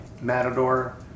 Matador